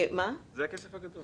זה הכסף הגדול.